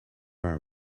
are